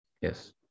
Yes